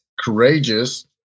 Courageous